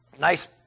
nice